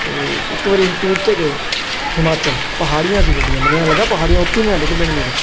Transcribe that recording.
ਅਤੇ ਇੱਕ ਵਾਰੀ ਅਸੀਂ ਟੂਰ 'ਤੇ ਗਏ ਹਿਮਾਚਲ ਪਹਾੜੀਆਂ ਸੀ ਵੱਡੀਆਂ ਮੈਨੂੰ ਐਂ ਲੱਗਾ ਪਹਾੜੀਆਂ ਉੱਤੇ ਨਾ ਡਿੱਗ ਪੈਣ ਮੇਰੇ